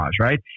right